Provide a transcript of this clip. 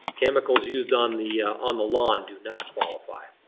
chemicals used on the on the lawn do not qualify.